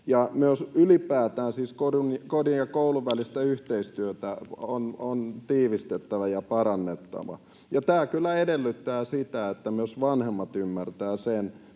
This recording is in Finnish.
myös ylipäätään siis kodin ja koulun välistä yhteistyötä on tiivistettävä ja parannettava, ja tämä kyllä edellyttää sitä, että myös vanhemmat ymmärtävät sen,